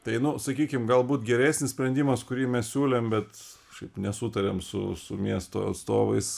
tai nu sakykim galbūt geresnis sprendimas kurį mes siūlėm bet šiaip nesutarėm su su miesto atstovais